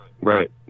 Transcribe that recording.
Right